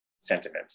sentiment